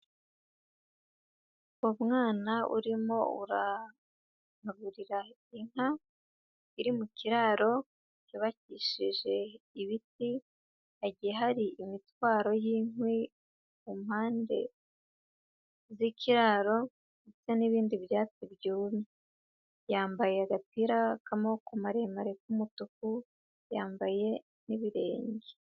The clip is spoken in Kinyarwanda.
Umwana urimo uragaburira inka iri mu kiraro cyubakishije ibiti, hagiye hari imitwaro y'inkwi ku mpande z'ikiraro ndetse n'ibindi byatsi byumye. Yambaye agapira k'amaboko maremare k'umutuku, yambaye n'ibirenge.